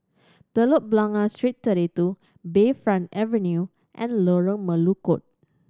Telok Blangah Street Thirty Two Bayfront Avenue and Lorong Melukut